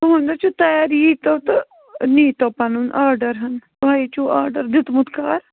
تُہُنٛد حظ چھُ تیار ییٖتو تہٕ نیٖتو پنُن آرڈر ہن تۄہہِ چھُو آرڈر دِتمُت کَر